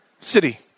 city